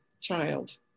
child